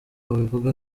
abivuga